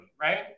Right